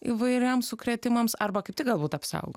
įvairiems sukrėtimams arba kaip tik galbūt apsaugo